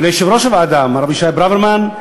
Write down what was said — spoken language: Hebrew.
וליושב-ראש הוועדה מר אבישי ברוורמן.